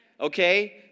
Okay